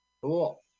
cool